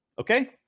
Okay